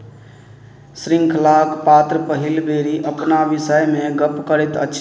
शृङ्खलाक पात्र पहिल बेरी अपना विषयमे गप करैत अछि